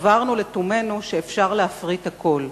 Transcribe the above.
סברנו לתומנו שאפשר להפריט הכול,